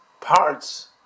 parts